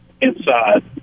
inside